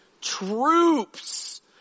troops